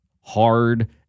hard